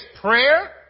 prayer